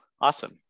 Awesome